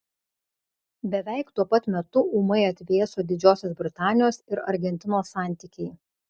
beveik tuo pat metu ūmai atvėso didžiosios britanijos ir argentinos santykiai